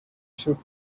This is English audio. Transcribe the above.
should